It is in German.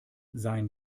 seien